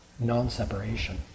non-separation